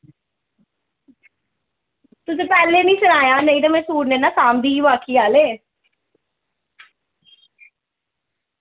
तुस पैह्ले नी सनाया नेईं तां मैं सूट ने ना साम्भ दी बाकी आह्ले